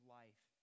life